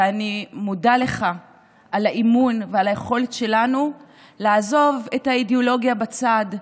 ואני מודה לך על האמון ועל היכולת שלנו לעזוב את האידיאולוגיה בצד.